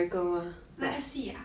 那个戏啊